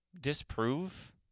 disprove